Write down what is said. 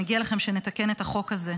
שמגיע לכם שנתקן את החוק הזה.